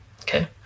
Okay